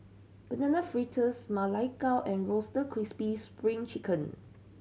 Banana Fritters Ma Lai Gao and Roasted Crispy Spring Chicken